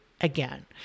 again